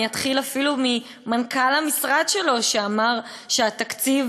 אני אתחיל אפילו ממנכ"ל המשרד שלו שאמר שהתקציב